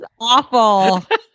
awful